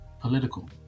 political